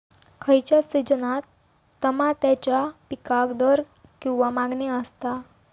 खयच्या सिजनात तमात्याच्या पीकाक दर किंवा मागणी आसता?